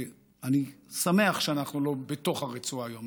ואני שמח שאנחנו לא בתוך הרצועה היום,